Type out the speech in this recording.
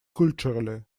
culturally